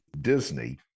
Disney